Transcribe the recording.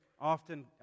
often